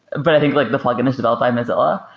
but i think like the plugin is developed by mozilla.